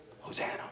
Hosanna